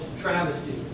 travesty